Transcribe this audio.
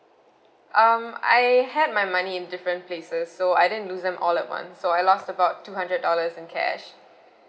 um I had my money in different places so I didn't lose them all at once so I lost about two hundred dollars in cash